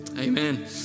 Amen